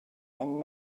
and